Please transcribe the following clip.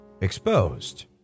exposed